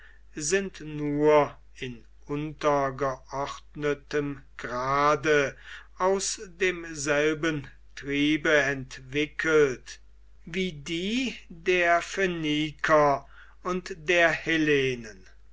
sind nur in untergeordnetem grade aus demselben triebe entwickelt wie die der phöniker und der hellepen